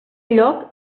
lloc